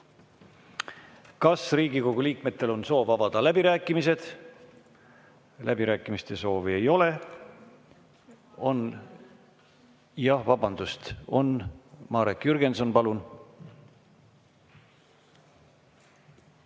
Kas Riigikogu liikmetel on soov avada läbirääkimised? Läbirääkimiste soovi ei ole ... On? Jah, vabandust! Marek Jürgenson, palun!